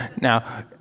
Now